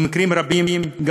ובמקרים מסוימים,